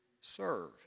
serve